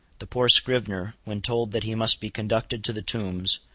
the poor scrivener, when told that he must be conducted to the tombs,